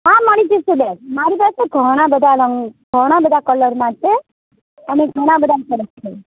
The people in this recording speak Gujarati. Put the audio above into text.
હા મળી જશે બેન મારી પાસે ઘણાં બધા રંગ ઘણાં બધા કલરમાં છે અને ઘણાં બધા સરસ છે